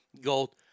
Gold